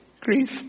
grief